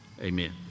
Amen